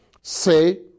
Say